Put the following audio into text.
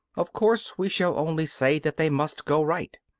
of course we shall only say that they must go right.